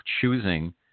choosing